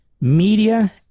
media